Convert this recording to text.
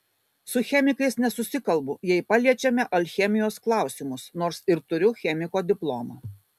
su chemikais nesusikalbu jei paliečiame alchemijos klausimus nors ir turiu chemiko diplomą